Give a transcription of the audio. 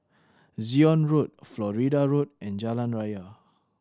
Zion Road Florida Road and Jalan Raya